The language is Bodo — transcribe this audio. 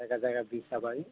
जायगा जायगा ब्रिज जाबाय